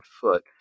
foot